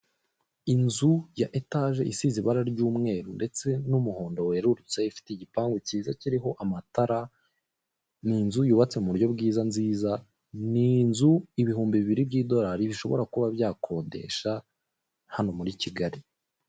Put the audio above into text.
Inzu ya etaje isize ibara ry'umweru ndetse n'umuhondo werurutse, ifite igipangu cyiza kiriho amatara. Ni inzu yubatse mu buryo bwiza nziza. Ni inzu ibihumbi bibiri by'idorari bishobora kuba byakodesha hano muri Kigali